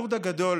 והאבסורד הגדול,